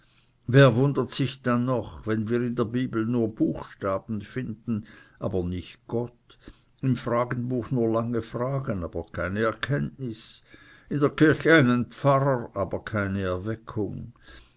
wer wundert sich dann noch wenn wir in der bibel nur buchstaben finden aber nicht gott im fragenbuch nur lange fragen aber keine erkenntnis in der kirche einen pfarrer aber keine erweckung